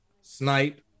Snipe